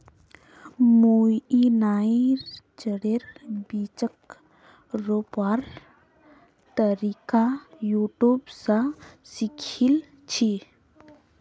मुई नाइजरेर बीजक रोपवार तरीका यूट्यूब स सीखिल छि